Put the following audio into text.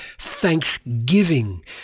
thanksgiving